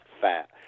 fat